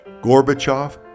Gorbachev